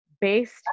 based